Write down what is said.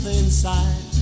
inside